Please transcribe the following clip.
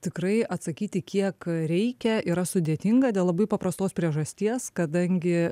tikrai atsakyti kiek reikia yra sudėtinga dėl labai paprastos priežasties kadangi